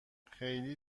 خیلی